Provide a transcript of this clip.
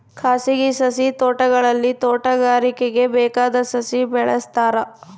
ಖಾಸಗಿ ಸಸಿ ತೋಟಗಳಲ್ಲಿ ತೋಟಗಾರಿಕೆಗೆ ಬೇಕಾದ ಸಸಿ ಬೆಳೆಸ್ತಾರ